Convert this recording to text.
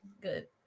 Good